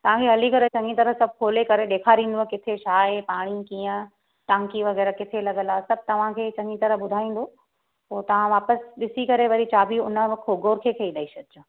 तव्हां खे हली करे चङी तरह सभु खोले करे ॾेखारींदव किथे छा ऐं पाणी कीअं टंकी वग़ैरह किथे लॻल आहे सभु तव्हां खे चङी तरह ॿुधाईंदो पोइ तव्हां वापसि ॾिसी करे वरी चाबी हुन गोखे ॾेई छॾिजो